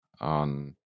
on